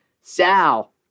Sal